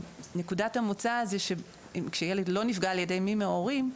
נקודת המוצא זה שכשילד לא נפגע על ידי מי מההורים,